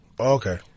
Okay